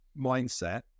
mindset